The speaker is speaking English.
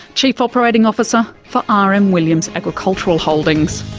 chief operating officer for r. m. williams agricultural holdings.